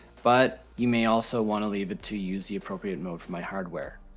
but you may also wanna leave it to use the appropriate mode for my hardware.